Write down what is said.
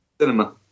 cinema